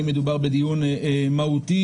האם מדובר בדיון מהותי,